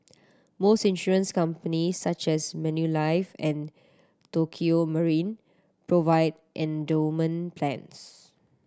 most insurance companies such as Manulife and Tokio Marine provide endowment plans